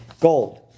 gold